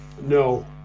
No